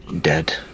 dead